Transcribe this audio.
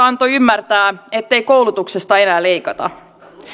antoi ymmärtää eduskuntavaaleissa ettei koulutuksesta enää leikata